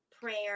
prayer